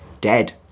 Dead